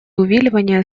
увиливания